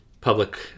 public